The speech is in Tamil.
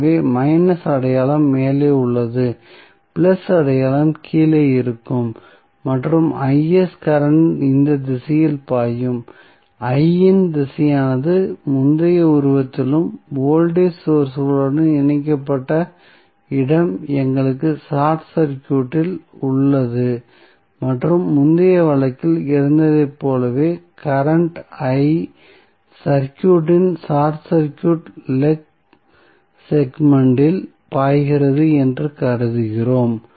எனவே மைனஸ் அடையாளம் மேலே உள்ளது பிளஸ் அடையாளம் கீழே இருக்கும் மற்றும் கரண்ட் இந்த திசையில் பாயும் I இன் திசையானது முந்தைய உருவத்திலும் வோல்டேஜ் சோர்ஸ் உடன் இணைக்கப்பட்ட இடம் எங்களுக்கு ஷார்ட் சர்க்யூட்டில் உள்ளது மற்றும் முந்தைய வழக்கில் இருந்ததைப் போலவே கரண்ட் I ஐ சர்க்யூட்டின் ஷார்ட் சர்க்யூட் லெக் செக்மென்ட் இல் பாய்கிறது என்று கருதுகிறோம்